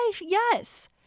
yes